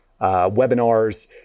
webinars